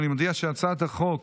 אני מודיע שהצעת חוק